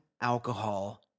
alcohol